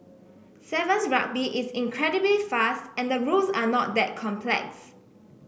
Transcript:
Sevens Rugby is incredibly fast and the rules are not that complex